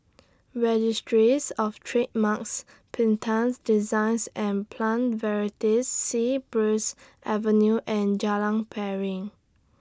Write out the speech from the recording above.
Registries of Trademarks Patents Designs and Plant Varieties Sea Breeze Avenue and Jalan Piring